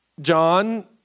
John